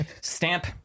stamp